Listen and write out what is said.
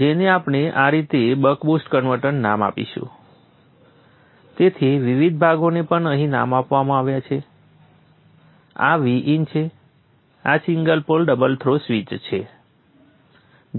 જેને આપણે આ રીતે બક બુસ્ટ કન્વર્ટર નામ આપીશું તેથી વિવિધ ભાગોને પણ અહીં નામ આપવામાં આવ્યા છે આ Vin છે આ single pole double throw switch છે